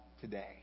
today